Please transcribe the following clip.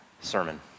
sermon